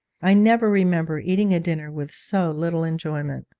i never remember eating a dinner with so little enjoyment.